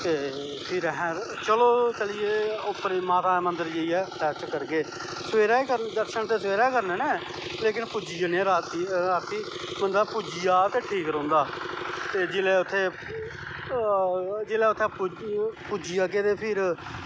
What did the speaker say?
फिर अहैं चलो चलिये माता दे मन्दर जाईयै रैस्ट करगे दर्शन ते सवेरैं गै करनें नैं लेकिन पुज्जी जन्नें आं बंदा राती पुज्जी जा ते ठीक रौंह्दा ते जिसलै उत्थें जिसलै उत्थें पुज्जी गे अग्गैं ते फिर